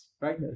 right